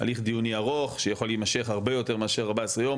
הליך דיוני ארוך שיכול להימשך הרבה יותר זמן מאשר 14 ימים